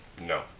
No